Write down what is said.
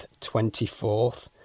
24th